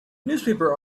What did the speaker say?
newspaper